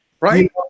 right